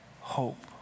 hope